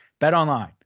Betonline